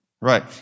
right